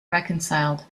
reconciled